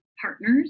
partners